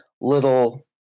little